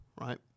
right